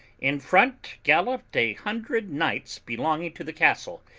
in front galloped a hundred knights belonging to the castle,